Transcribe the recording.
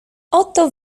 oto